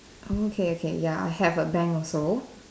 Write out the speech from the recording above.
oh okay okay ya I have a bank also